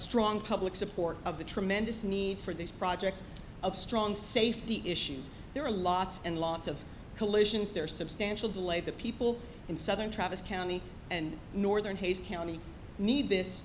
strong public support of the tremendous need for this project of strong safety issues there are lots and lots of collisions there substantia well delay the people in southern travis county and northern hayes county need this